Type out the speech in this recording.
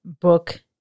book